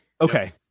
okay